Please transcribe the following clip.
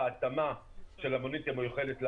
בהתאמה של המונית המיוחדת להגדרות.